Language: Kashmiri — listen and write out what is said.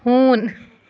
ہوٗن